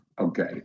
Okay